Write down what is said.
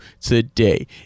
today